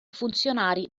funzionari